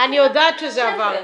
אני יודעת שזה עבר.